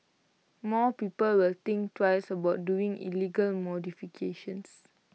more people will think twice about doing illegal modifications